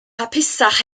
hapusach